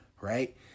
Right